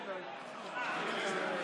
דקה.